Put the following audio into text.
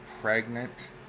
pregnant